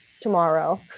tomorrow